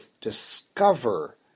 discover